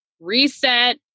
reset